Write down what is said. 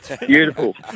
Beautiful